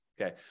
okay